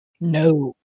No